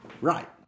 Right